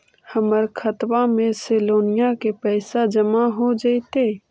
हमर खातबा में से लोनिया के पैसा जामा हो जैतय?